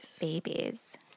Babies